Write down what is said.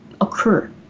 occur